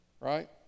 Right